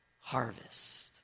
Harvest